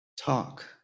talk